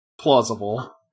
Plausible